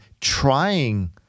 trying